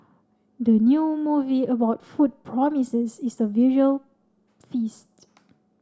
the new movie about food promises is a visual feast